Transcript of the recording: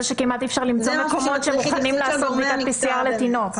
שכמעט אי אפשר למצוא מקומות שמוכנים לעשות בדיקת PCR לתינוק.